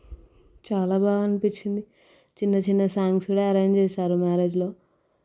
చాలా బాగా అనిపించింది చిన్న చిన్న సాంగ్స్ కూడా అరేంజ్ చేశారు మ్యారేజ్లో